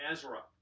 Ezra